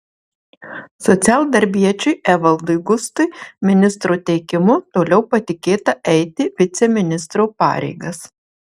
socialdarbiečiui evaldui gustui ministro teikimu toliau patikėta eiti viceministro pareigas